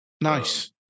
Nice